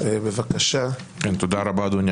והדבר האחרון,